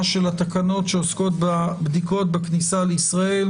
של התקנות שעוסקות בבדיקות בכניסה לישראל: